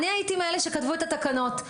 אני הייתי מאלה שכתבו את התקנות,